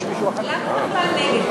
למה בכלל נגד?